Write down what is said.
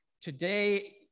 today